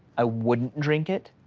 i wouldn't drink it.